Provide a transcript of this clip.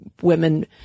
women